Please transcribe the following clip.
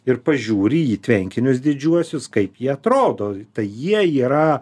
ir pažiūri į tvenkinius didžiuosius kaip jie atrodo tai jie yra